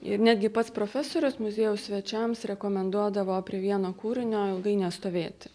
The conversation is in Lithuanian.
ir netgi pats profesorius muziejaus svečiams rekomenduodavo prie vieno kūrinio ilgai nestovėti